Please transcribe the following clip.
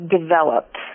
developed